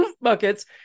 buckets